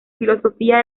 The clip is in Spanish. filosofía